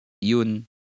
yun